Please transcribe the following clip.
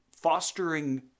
Fostering